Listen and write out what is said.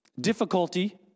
Difficulty